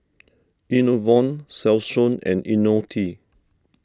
Enervon Selsun and Ionil T